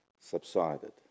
subsided